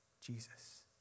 Jesus